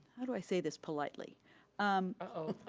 how do i say this politely? ah oh.